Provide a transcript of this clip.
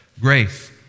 Grace